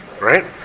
right